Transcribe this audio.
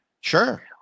Sure